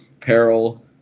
peril